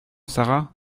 sara